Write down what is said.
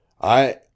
I